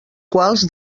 quals